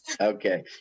Okay